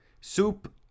Soup